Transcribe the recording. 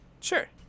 Sure